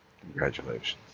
Congratulations